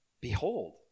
Behold